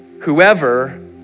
Whoever